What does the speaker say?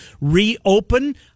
reopen